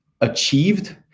achieved